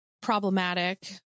problematic